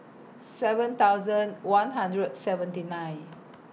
seven thousand one hundred seventy nine